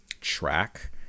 track